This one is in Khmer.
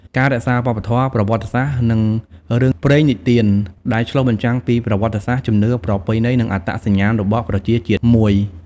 ការរក្សាវប្បធម៌ ប្រវត្តិសាស្ត្រនឹងរឿងព្រេងនិទានដែរឆ្លុះបញ្ចាំងពី ប្រវត្តិសាស្ត្រ ជំនឿ ប្រពៃណី និង អត្តសញ្ញាណ របស់ប្រជាជាតិមួយ ។